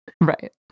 Right